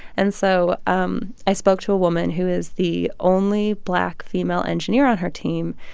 and so um i spoke to a woman who is the only black female engineer on her team.